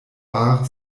bar